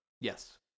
Yes